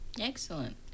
Excellent